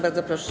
Bardzo proszę.